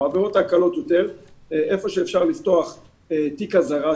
אבל בעבירות הקלות יותר היכן שאפשר לפתוח תיק אזהרה,